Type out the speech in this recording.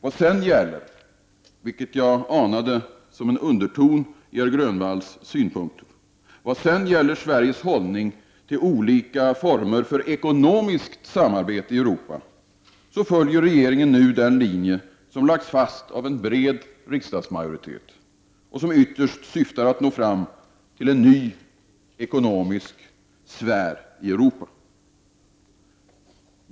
Vad sedan gäller — vilket jag anade som en underton i herr Grönvalls synpunkter — Sveriges hållning till olika former för ekonomiskt samarbete i Europa följer regeringen nu den linje som har lagts fast av en bred riksdagsmajoritet och som ytterst syftar till att vi skall kunna nå fram till en ny ekonomisk sfär i Europa.